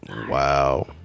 Wow